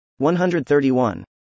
131